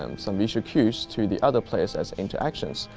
and some visual cues to the other place as interactions.